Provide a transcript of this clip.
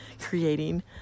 creating